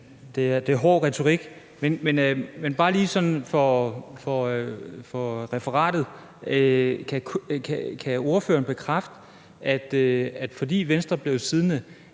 det er hård retorik. Men bare lige sådan for referatet: Kan ordføreren bekræfte, at fordi Venstre blev siddende,